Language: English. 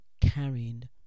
carrying